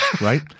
right